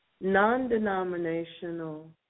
non-denominational